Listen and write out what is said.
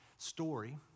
story